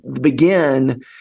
begin